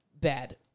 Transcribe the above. bad